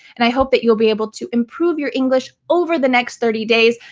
and i hope that you'll be able to improve your english over the next thirty days.